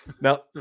Now